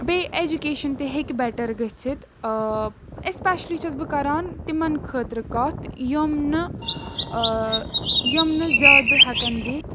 بیٚیہِ اٮ۪جوکیشَن تہِ ہیٚکہِ بٮ۪ٹَر گٔژھِتھ اٮ۪سپیشلی چھَس بہٕ کَران تِمَن خٲطرٕ کَتھ یِم نہٕ یِم نہٕ زیادٕ ہٮ۪کن دِتھ